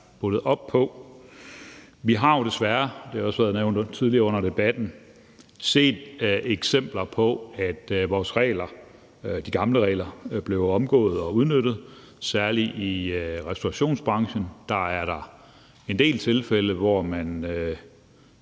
under debatten – set eksempler på, at vores regler, de gamle regler, blev omgået og udnyttet. Særlig i restaurationsbranchen er der en del tilfælde, hvor man